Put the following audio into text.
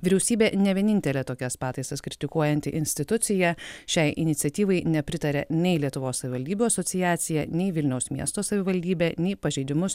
vyriausybė ne vienintelė tokias pataisas kritikuojanti institucija šiai iniciatyvai nepritaria nei lietuvos savivaldybių asociacija nei vilniaus miesto savivaldybė nei pažeidimus